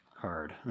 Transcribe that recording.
card